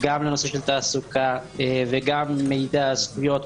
גם לנושא של תעסוקה וגם מידע על זכויות,